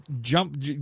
jump